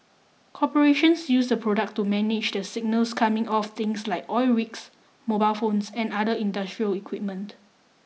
corporations use the product to manage the signals coming off things like oil rigs mobile phones and other industrial equipment